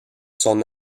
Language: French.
son